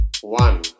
One